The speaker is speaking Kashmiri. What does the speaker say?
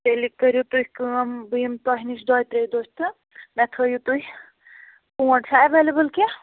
تیٚلہِ کٔریٛو تُہۍ کٲم بہٕ یِم تۄہہِ نِش دۄیہِ ترٛیٚیہِ دُہۍ تہٕ مےٚ تھٲیو تُہۍ پونٛڈ چھا ایٚویلیبٕل کیٚنٛہہ